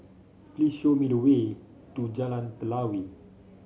please show me the way to Jalan Telawi